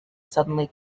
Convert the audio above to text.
suddenly